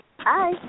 Hi